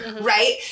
Right